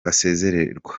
asezererwa